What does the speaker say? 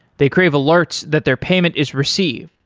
they crave alerts that their payment is received.